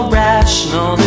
rational